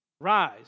Rise